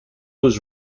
was